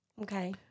Okay